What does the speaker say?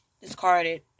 discarded